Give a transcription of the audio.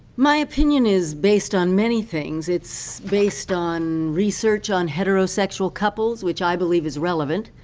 my opinion is based on many things. it's based on research on heterosexual couples, which i believe is relevant.